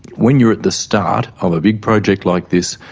when you are at the start of a big project like this,